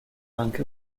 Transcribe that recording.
anche